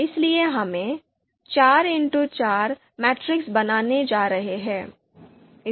इसलिए हम 4x4 matrix बनाने जा रहे हैं